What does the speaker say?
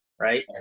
right